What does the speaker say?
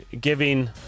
giving